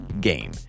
game